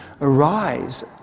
arise